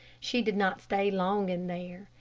she did not stay long in there.